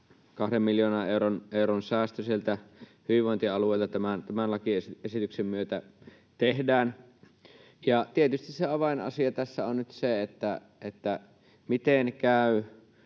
miljoonan euron säästö sieltä hyvinvointialueilta tämän lakiesityksen myötä tehdään, ja tietysti se avainasia tässä on nyt se, miten käy